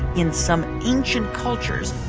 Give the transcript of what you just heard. in some ancient cultures,